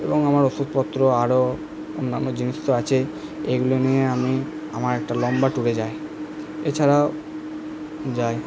এবং আমার ওষুধপত্র আরো অন্যান্য জিনিস তো আছেই এইগুলো নিয়ে আমি আমার একটা লম্বা ট্যুরে যাই এছাড়াও যাই